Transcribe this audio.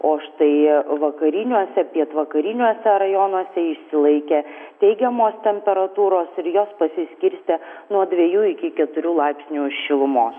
o štai vakariniuose pietvakariniuose rajonuose išsilaikė teigiamos temperatūros ir jos pasiskirstė nuo dviejų iki keturių laipsnių šilumos